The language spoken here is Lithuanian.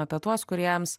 apie tuos kuriems